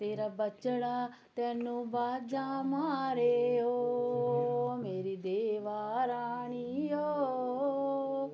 तेरा बच्चड़ा तैनू बाजां मारे ओ मेरी देवा रानी ओ